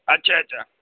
اچھا اچھا